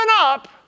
up